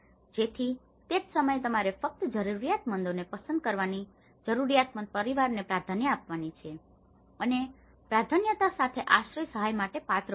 તેથી તે જ સમયે તમારે ફક્ત જરૂરિયાતમંદોને પસંદ કરવાની જરૂરિયાતમંદ પરિવારોને પ્રાધાન્યતા આપવાની છે અને પ્રાધાન્યતા સાથે આશ્રય સહાય માટે પાત્ર બનશે